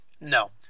no